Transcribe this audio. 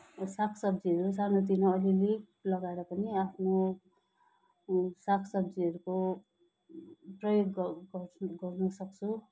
सागसब्जीहरू सानोतिनो अलिअलि लगाएर पनि आफ्नो सागसब्जीहरूको प्रयोग गर्न सक्छु